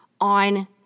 on